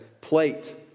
plate